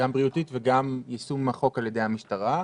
גם בריאותית וגם סביב יישום החוק על ידי המשטרה.